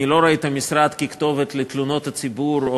אני לא רואה את המשרד ככתובת לתלונות הציבור או